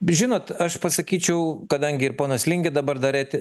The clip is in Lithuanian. žinot aš pasakyčiau kadangi ir ponas lingė dabar dar et